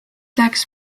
läks